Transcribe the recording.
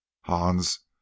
Hans